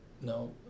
no